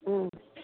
ওম